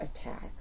attack